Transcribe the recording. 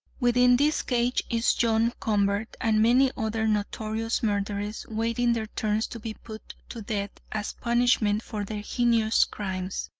within this cage is john convert and many other notorious murderers, waiting their turns to be put to death as punishment for their heinous crimes.